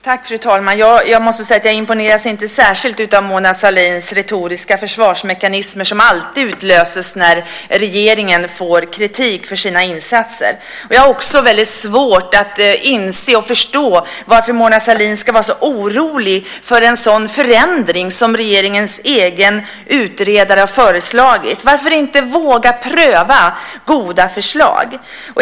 Fru talman! Jag måste säga att jag inte imponeras särskilt av Mona Sahlins retoriska försvarsmekanismer som alltid utlöses när regeringen får kritik för sina insatser. Jag har också väldigt svårt att inse och förstå varför Mona Sahlin ska vara så orolig för en sådan förändring som regeringens egen utredare har föreslagit. Varför inte våga pröva goda förslag?